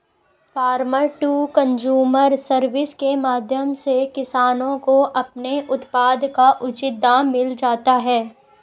farmer to consumer service के माध्यम से किसानों को अपने उत्पाद का उचित दाम मिल जाता है